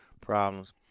problems